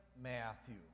Matthew